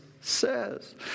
says